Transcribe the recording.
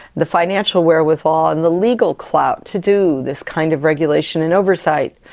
the financial wherewithal and the legal clout to do this kind of regulation and oversight?